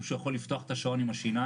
שהוא יכול לפתוח את השעון עם השיניים,